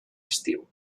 estiu